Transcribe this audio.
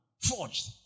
Forged